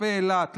בחופי אילת,